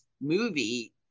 movie